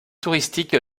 touristique